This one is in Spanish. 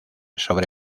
sobre